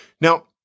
Now